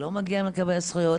שלא מגיע להם לקבל זכויות,